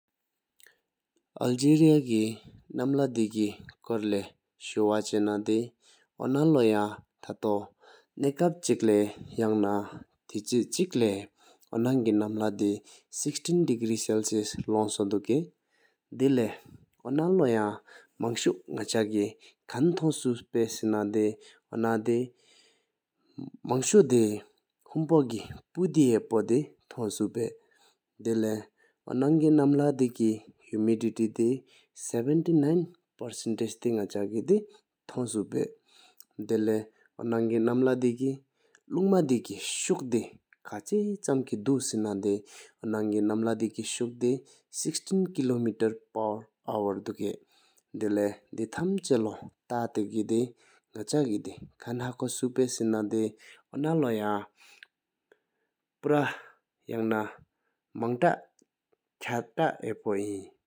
ཨཱལ་ཇེ་རི་ཡའི་གནམ་ལྷ་བདེ་སྐྱིད་གྲོད་ལེགས་ཤིག་དུས། འོ་ནང་ལོ་ཡང་མཐའ་ཏོས་ནས་ཀབ་ཅིག་ལས་ཡང་ན་ཐེག་ཅིག་ལས་འོ་ནང་གནམ་ལྷ། གིས་དྲུག་བཅུ་ནག་ཅིག་ལོ་གཅིག་རིང་སོ་བཅུ་དཀར་པོ་ཡིན། དེ་ལེའུ་ངང་ལོ་ཡང་མངོན་ཤུ་ནག་ཅག་གི་ཁང་ཐུང་ག་བསེ་ན་དེ་ཡངོ་རང་སིད་ལུས་ནཻ་གཡི་ཏུ། འོ་ནང་གི་སྐྲུག་ཆེན་གུ་ནག་ཅིག་དི་ཧུམ་ཕོ་གི་དུས་གཡང་ཐོང་ཚོང་སྤ་ཡིན་སོ། དེ་ལེཡའོ་ནང་གི་གནམ་ལྷ་གི་ཧི་རུ་ཀ་ེ་གི་པར་ནོར་བར་བརྩེ་ནངས་མེ་གིས་ཇུ་བཙེ་ནས་ནང་དང་བཅུ་ལྡངས་རང་ཐོས་ཐུག་ཡོ། དེ་ལེ་ཡལ་སྟུས་མེ་རང་ལོ་ཧར་རྡོ་གཡང་རང་བཙག་མལ་ལོས་མ་ཟང་ཅང་ངོ་བར་ཐ་ལ་ཤིང་ཐབ་རེག་འོ་ནང་གི་དུས་ནང་གེ་ཟིལ་ལགས་དཀྲུག་ཆེན་གར་པོ་ཁ་བྲཱ་ཅཐལ་དང་སྐྲོ་གེ་བརག། དེ་ལེ་ཡང་ཆབ་ཅག་ལས་ཟླ་མེར་ལྕགས་རང་བཙེ་རྡོ་གཡང་རང་མ་ཏ་ཁ་ཏ་ང་འཇོག་པ་གྱར་དུ་ལས་མང་ཏ་ཁ་ཏ་ཐ་ཕོ་གི་རཀས།